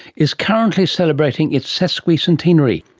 is currently celebrating its sesquicentenary,